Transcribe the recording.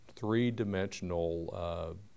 three-dimensional